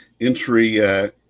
entry